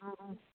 ꯑꯥ ꯑꯥ